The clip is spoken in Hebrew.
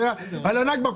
על הנכבה.